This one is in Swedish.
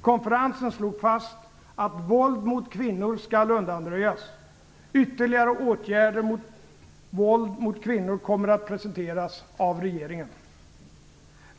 Konferensen slog fast att våld mot kvinnor skall undanröjas. Ytterligare åtgärder mot våld mot kvinnor kommer att presenteras av regeringen.